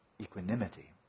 equanimity